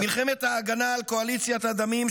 מלחמת ההגנה על קואליציית הדמים,